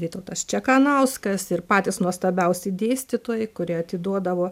vytautas čekanauskas ir patys nuostabiausi dėstytojai kurie atiduodavo